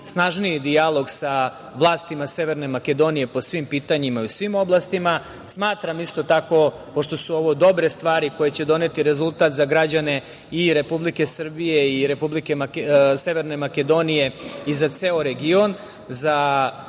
snažniji dijalog sa vlastima Severne Makedonije po svim pitanjima i u svim oblastima. Smatram isto tako, pošto su ovo dobre stvari koje će doneti rezultat za građane i Republike Srbije i Republike Severne Makedonije i za ceo region, za